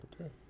Okay